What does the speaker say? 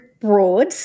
broad